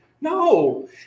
no